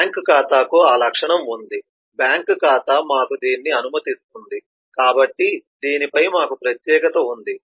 bank ఖాతాకు ఆ లక్షణం ఉంది బ్యాంక్ ఖాతా మాకు దీన్ని అనుమతిస్తుంది కాబట్టి దీనిపై మాకు ప్రత్యేకత ఉంది